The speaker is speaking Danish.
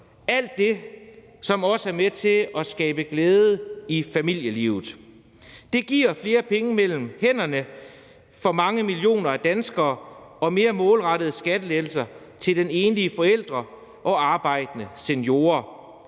alt det, som også er med til at skabe glæde i familielivet. Det giver flere penge mellem hænderne for millioner af danskere og mere målrettede skattelettelser til den enlige forælder og de arbejdende seniorer.